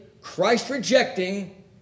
Christ-rejecting